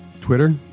Twitter